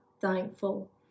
thankful